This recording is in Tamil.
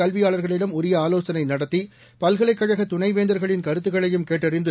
கல்வியாளர்களிடம் உரிய ஆலோசனை நடத்தி பல்கலைக் கழக துணை இதுகுறித்து வேந்தர்களின் கருத்துகளையும் கேட்டறிந்து